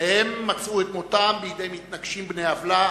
שניהם מצאו את מותם בידי מתנקשים בני עוולה,